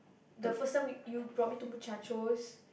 the first time we you brought me to Muchachos